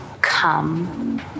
Come